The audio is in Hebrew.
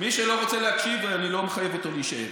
מי שלא רוצה להקשיב, אני לא מחייב אותו להישאר.